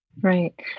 right